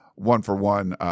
one-for-one